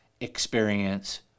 experience